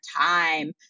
time